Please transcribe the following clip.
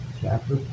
chapter